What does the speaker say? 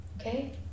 Okay